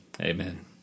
Amen